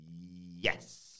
Yes